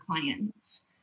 clients